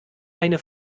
eine